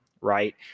Right